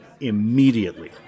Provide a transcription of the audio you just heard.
immediately